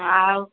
हुं आउ